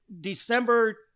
December